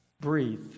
breathe